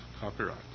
copyright